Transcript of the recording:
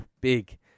Big